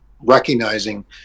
recognizing